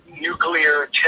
nuclear